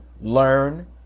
learn